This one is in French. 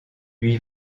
lui